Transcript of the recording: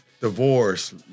Divorce